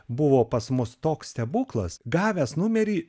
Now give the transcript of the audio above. buvo pas mus toks stebuklas gavęs numerį